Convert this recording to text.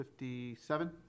57